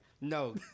No